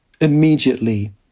immediately